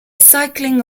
cycling